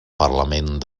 parlament